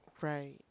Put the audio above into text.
Right